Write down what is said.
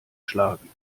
schlagen